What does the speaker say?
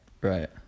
Right